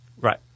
Right